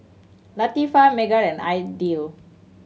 Latifa Megat and Aidil